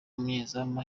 umunyezamu